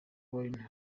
wine